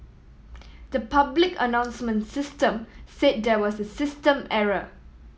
the public announcement system said there was a system error